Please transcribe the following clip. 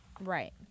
Right